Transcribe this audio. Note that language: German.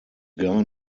gar